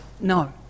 no